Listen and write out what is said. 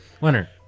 Winner